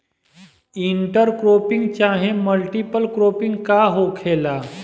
Inter cropping चाहे multiple cropping का होखेला?